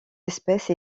espèces